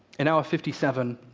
in hour fifty seven,